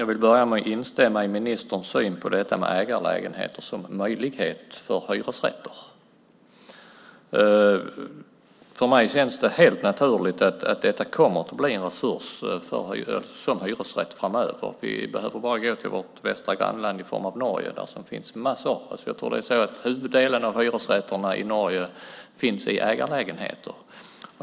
Herr talman! Jag instämmer i ministerns syn på ägarlägenheter som möjlighet för hyresrätter. För mig känns det helt naturligt att detta kommer att bli en resurs som hyresrätter framöver. Vi behöver bara gå till vårt västra grannland Norge där det finns massor. Jag tror att huvuddelen av hyresrätterna i Norge finns i ägarlägenheter.